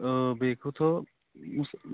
बेखौथ'